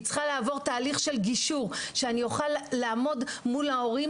היא צריכה לעבור תהליך של גישור שאוכל לעמוד מול ההורים.